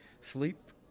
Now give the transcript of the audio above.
sleep